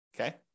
Okay